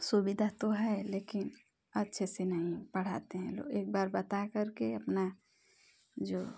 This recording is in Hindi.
सुविधा तो है लेकिन अच्छे से नहीं पढ़ाते हैं वह एक बार बता करके अपना जो